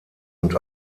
und